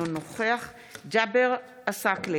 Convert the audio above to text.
אינו נוכח ג'אבר עסאקלה,